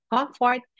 Comfort